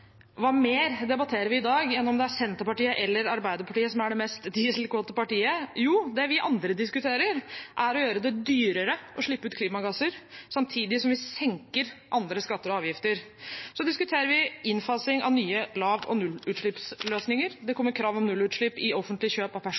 Hva mer debatterer vi i dag enn om det er Senterpartiet eller Arbeiderpartiet som er det mest dieselkåte partiet? Jo, det vi andre diskuterer, er å gjøre det dyrere å slippe ut klimagasser samtidig som vi senker andre skatter og avgifter. Så diskuterer vi innfasing av nye lav- og nullutslippsløsninger. Det kommer krav om nullutslipp ved offentlige kjøp av